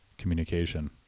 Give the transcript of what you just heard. communication